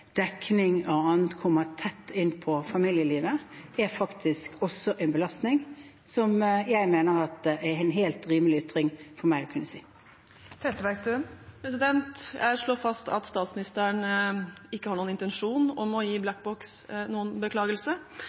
dekning kommer tett inn på familielivet, faktisk også er en belastning, og det mener jeg er en helt rimelig ytring for meg å kunne gi. Jeg slår fast at statsministeren ikke har noen intensjon om å gi Black Box noen beklagelse.